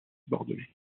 bordelais